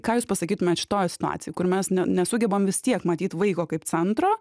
ką jūs pasakytumėt šitoj situacijoj kur mes ne nesugebam vis tiek matyt vaiko kaip centro